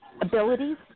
abilities